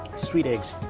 sweet eggs,